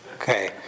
Okay